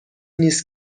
نیست